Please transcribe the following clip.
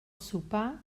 sopar